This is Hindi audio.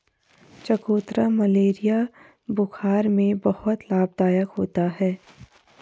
चकोतरा मलेरिया बुखार में बहुत लाभदायक होता है